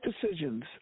decisions